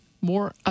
more